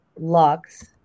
Lux